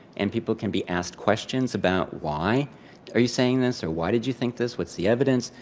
and people can be asked questions about why are you saying this? or why did you think this? what's the evidence?